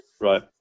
Right